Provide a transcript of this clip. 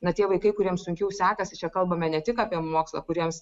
na tie vaikai kuriems sunkiau sekasi čia kalbame ne tik apie mokslą kuriems